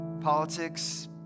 Politics